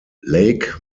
lake